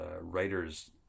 writers